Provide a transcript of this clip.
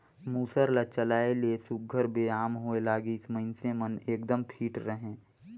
मूसर ल चलाए ले सुग्घर बेयाम होए लागिस, मइनसे मन एकदम फिट रहें